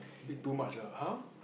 a bit too much (uh huh)